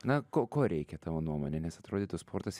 na ko ko reikia tavo nuomone nes atrodytų sportas